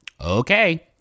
Okay